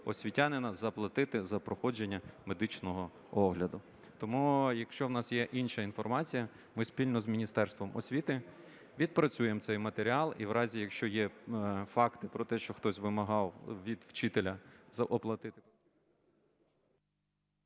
освітянина заплатити за проходження медичного огляду. Тому, якщо у нас є інша інформація, ми спільно з Міністерством освіти відпрацюємо цей матеріал і в разі, якщо є факти про те, що хтось вимагав від вчителя… ГОЛОВУЮЧИЙ.